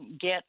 get